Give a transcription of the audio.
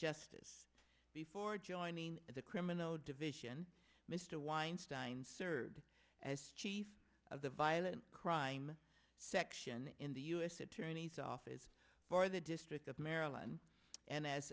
justice before joining the criminal division mr weinstein served as chief of the violent crime section in the u s attorney's office for the district of maryland and as